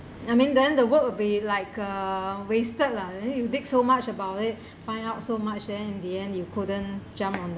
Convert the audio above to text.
I mean then the work would be like a wasted lah and then you take so much about it find out so much then in the end you couldn't jump on